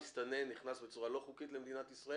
שמסתנן נכנס בצורה לא חוקית למדינת ישראל